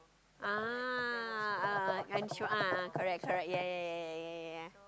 ah I am sure a'ah correct correct yea yea yea yea yea yea